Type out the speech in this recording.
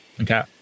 Okay